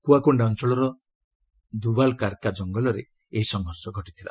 କୁଆକୋଣ୍ଡା ଅଞ୍ଚଳର ଦୁବାଲକାରକା ଜଙ୍ଗଲରେ ଏହି ସଂଘର୍ଷ ଘଟିଛି